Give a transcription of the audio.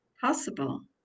possible